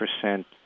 percent